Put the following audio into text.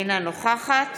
אינה נוכחת